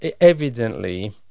evidently